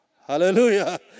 Hallelujah